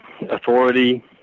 authority